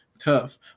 tough